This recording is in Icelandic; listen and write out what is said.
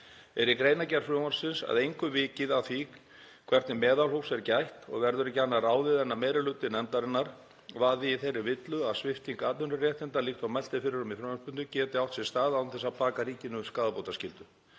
Er í greinargerð frumvarpsins að engu vikið að því hvernig meðalhófs er gætt og verður ekki annað ráðið en að meiri hluti nefndarinnar vaði í þeirri villu að svipting atvinnuréttinda, líkt og mælt er fyrir um í frumvarpinu, geti átt sér stað án þess að baka ríkinu skaðabótaskyldu.